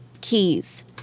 keys